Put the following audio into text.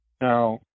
Now